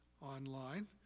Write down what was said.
online